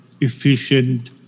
efficient